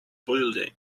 building